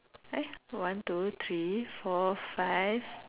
eh one two three four five